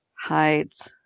hides